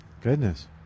Goodness